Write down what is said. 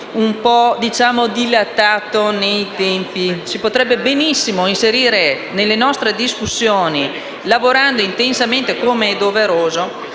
un lavoro dilatato nei tempi, si potrebbero benissimo inserire nelle nostre discussioni, lavorando intensamente come è doveroso,